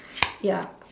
ya